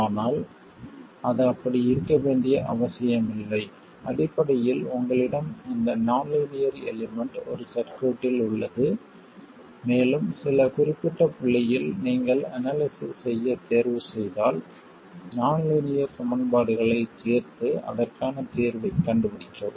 ஆனால் அது அப்படி இருக்க வேண்டிய அவசியமில்லை அடிப்படையில் உங்களிடம் இந்த நான் லீனியர் எலிமெண்ட் ஒரு சர்க்யூட்டில் உள்ளது மேலும் சில குறிப்பிட்ட புள்ளியில் நீங்கள் அனாலிசிஸ் செய்யத் தேர்வுசெய்தால் நான் லீனியர் சமன்பாடுகளைத் தீர்த்து அதற்கான தீர்வைக் கண்டுபிடிக்கவும்